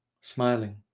smiling